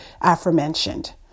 aforementioned